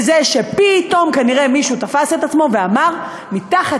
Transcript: זה שפתאום כנראה מישהו תפס את עצמו ואמר: מתחת